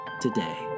today